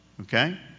Okay